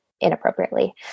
inappropriately